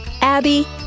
Abby